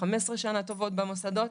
15 שנה טובות במוסדות.